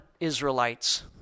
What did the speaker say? Israelites